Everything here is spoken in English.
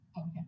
Okay